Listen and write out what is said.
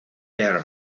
air